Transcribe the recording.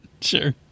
Sure